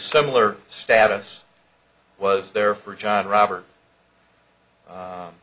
similar status was there for john robert